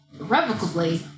irrevocably